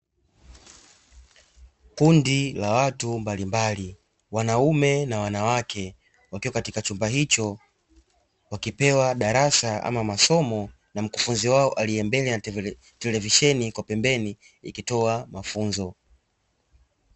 Kundi la watu mbalimbali, wanaume na wanawake, wakiwa katika chumba hicho, wakipewa darasa ama masomo na mkufunzi wao aliye mbele, na televisheni kwa pembeni ikitoa mafunzo.